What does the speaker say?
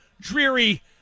dreary